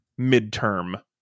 midterm